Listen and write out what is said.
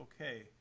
okay